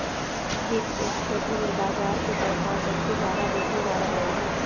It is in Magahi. वित्त के क्षेत्र में बजार के परभाव सबसे जादा देखल जा रहलई ह